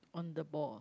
on the ball